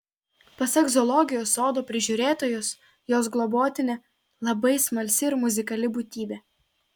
pasak zoologijos sodo prižiūrėtojos jos globotinė labai smalsi ir muzikali būtybė